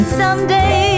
someday